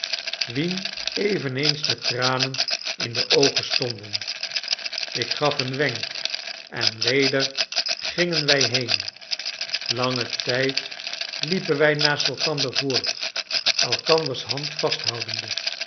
wien eveneens de tranen in de oogen stonden ik gaf een wenk en weder gingen wij heen langen tijd liepen wij naast elkander voort elkanders hand vasthoudende